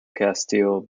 castile